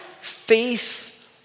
Faith